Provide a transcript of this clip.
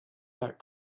that